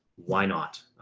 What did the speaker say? why not?